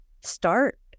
start